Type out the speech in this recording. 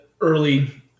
early